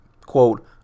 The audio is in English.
Quote